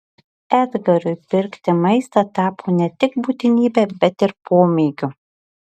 edgarui pirkti maistą tapo ne tik būtinybe bet ir pomėgiu